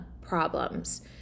problems